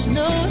no